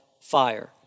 fire